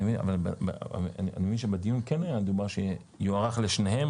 אני מבין שבדיון כן דובר על כך שיוארך לשניהם,